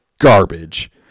garbage